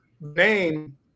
name